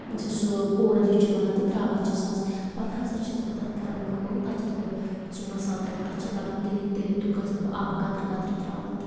یُتھٕے سُہ پوڈَر ہِش چھِ بَنان تہٕ تراوان چھِسس پتہٕ ہسا چھَس بہٕ تَتھ کران کٲم تَتھ چھَس بہٕ سُہ مصالہٕ تراوان تَتھ چھِ لَگَن تٔلِنۍ تٔلِنۍ تیُتھ کال چھَس بہٕ آبہٕ قطرٕ قطرٕ تراوان تہٕ